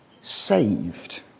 Saved